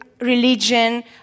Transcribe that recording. religion